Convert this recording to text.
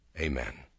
Amen